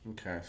Okay